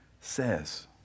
says